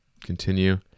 Continue